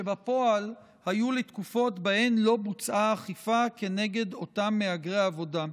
שבפועל היו לתקופות שבהן לא בוצעה האכיפה כנגד אותם מהגרי עבודה.